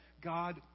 God